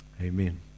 Amen